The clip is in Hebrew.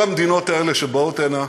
כל המדינות האלה, שבאות הנה,